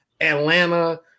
Atlanta